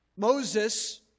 Moses